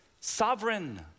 sovereign